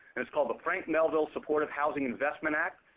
and it's called the frank melville supportive housing investment act.